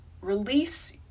release